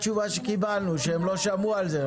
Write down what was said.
אבל התשובה שקיבלנו היא שהם לא שמעו על זה.